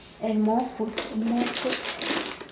and more food and more food